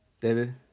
David